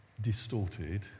distorted